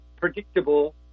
predictable